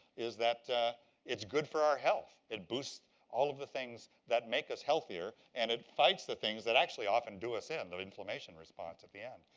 is that it's good for our health. it boosts all of the things that make us healthier, and it fights the things that actually often do us in, the inflammation response at the end.